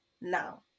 Now